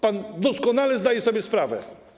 Pan doskonale zdaje sobie sprawę.